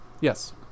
Yes